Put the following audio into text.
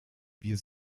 wir